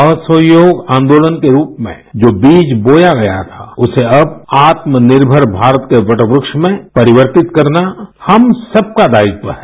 असहयोग आंदोलन के रूप में जो बीज बोया गया था उसेअब आत्मनिर्मर भारत के वट वृक्ष में परिवर्तित करना हम सब का दायित्व है